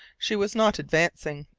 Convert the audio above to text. she was not advancing,